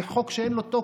זה חוק שאין לו תוקף.